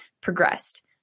progressed